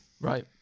right